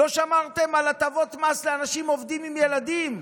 לא שמרתם על הטבות מס לאנשים עובדים עם ילדים.